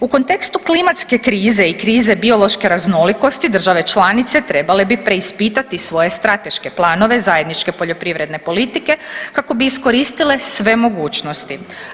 U kontekstu klimatske krize i krize biološke raznolikosti države članice trebale bi preispitati svoje strateške planove zajedničke poljoprivredne politike kako bi iskoristile sve mogućosti.